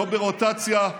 ולא ברוטציה,